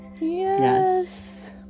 Yes